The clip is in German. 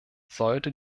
sollte